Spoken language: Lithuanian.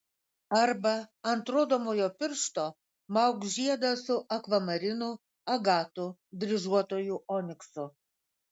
arba ant rodomojo piršto mauk žiedą su akvamarinu agatu dryžuotuoju oniksu